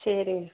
சரிங்க